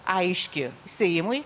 aiški seimui